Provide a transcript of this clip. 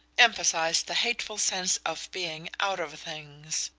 emphasized the hateful sense of being out of things.